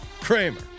Kramer